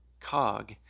cog